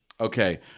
Okay